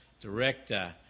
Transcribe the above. director